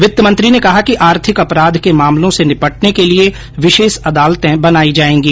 वित्तमंत्री ने कहा कि आर्थिक अपराध के मामलों से निपटने के लिए विशेष अदालते बनाई जाएंगी